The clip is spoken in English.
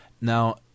now